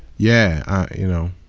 yeah. you know,